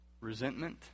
Resentment